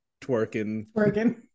twerking